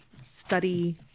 study